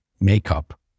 makeup